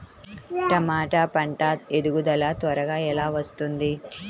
టమాట పంట ఎదుగుదల త్వరగా ఎలా వస్తుంది?